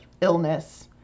illness